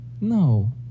No